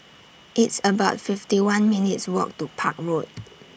It's about fifty one minutes' Walk to Park Road